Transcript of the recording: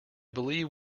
believe